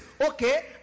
Okay